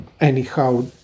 anyhow